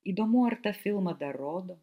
įdomu ar tą filmą dar rodo